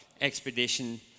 expedition